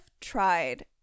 tried